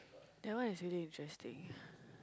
that one is really interesting